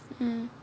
mm